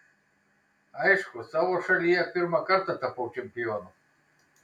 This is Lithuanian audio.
aišku savo šalyje pirmą kartą tapau čempionu